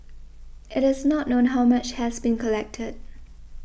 it is not known how much has been collected